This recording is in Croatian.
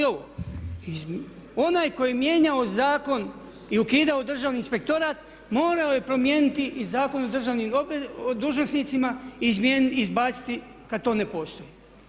Onaj koji je mijenjao zakon i ukidao državni inspektorat morao je promijeniti i Zakon o državnim dužnosnicima i izbaciti kad to ne postoji.